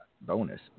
bonus